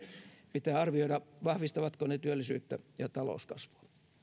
pitää arvioida vahvistavatko ne työllisyyttä ja talouskasvua